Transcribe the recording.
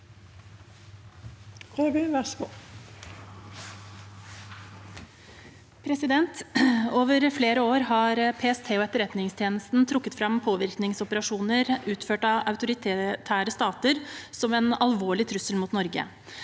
Over flere år har PST og Etterretningstjenesten trukket fram påvirkningsoperasjoner utført av autoritære stater som en alvorlig trussel mot Norge.